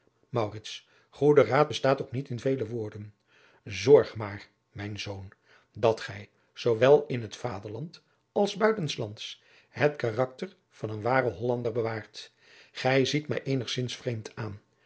goede raad bestaat ook niet in vele woorden zorg maar mijn zoon dat gij zoowel in het vaderland als buiten s lands het karakter van een waren hollander bewaart gij ziet mij eenigzins vreemd aan